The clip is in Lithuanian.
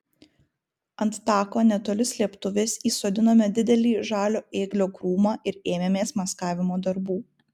ant tako netoli slėptuvės įsodinome didelį žalio ėglio krūmą ir ėmėmės maskavimo darbų